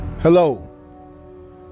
Hello